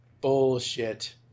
bullshit